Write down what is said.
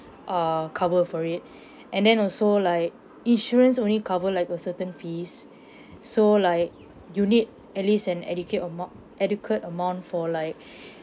err cover for it and then also like insurance only cover like a certain fees so like you need at least an educate amou~ adequate amount for like